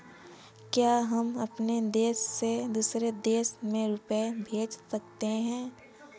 क्या हम अपने देश से दूसरे देश में रुपये भेज सकते हैं?